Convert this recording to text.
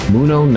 Muno